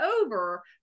over